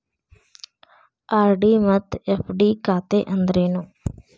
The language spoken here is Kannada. ಆರ್.ಡಿ ಮತ್ತ ಎಫ್.ಡಿ ಖಾತೆ ಅಂದ್ರೇನು